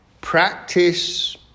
practice